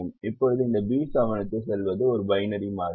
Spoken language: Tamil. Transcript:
இப்போது இந்த B7 க்குச் செல்வது ஒரு பைனரி மாறி